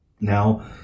now